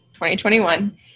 2021